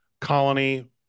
Colony